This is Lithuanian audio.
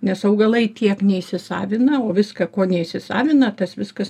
nes augalai tiek neįsisavina o viską ko neįsisavina tas viskas